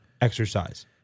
exercise